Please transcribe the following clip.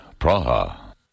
Praha